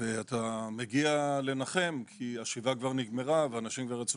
אתה מגיע לנחם כי השבעה כבר נגמרה ואנשים כבר יצאו